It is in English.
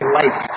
life